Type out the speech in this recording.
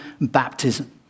baptism